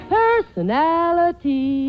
personality